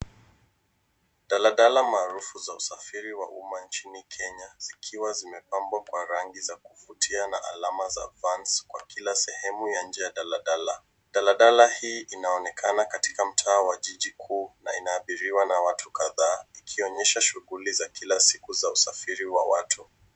Daladala maarufu za usafiri wa umma nchini Kenya, zikiwa zimepambwa kwa rangi za kuvutia na alama za Vanz, kwa kila sehemu ya nje ya daladala. Daladala hii inaonekana katika mtaa wa jiji kuu, na inaabiriwa na watu kadhaa ikionyesha shughuli za kila siku za usafiri wa watu.